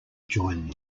join